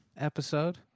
episode